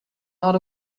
out